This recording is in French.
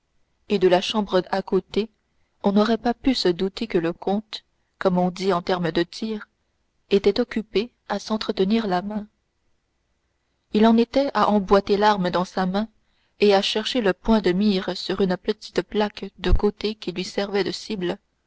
et de la chambre à côté on n'aurait pas pu se douter que le comte comme on dit en termes de tir était occupé à s'entretenir la main il en était à emboîter l'arme dans sa main et à chercher le point de mire sur une petite plaque de tôle qui lui servait de cible